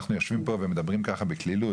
אנחנו יושבים פה ומדברים בקלילות.